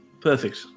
Perfect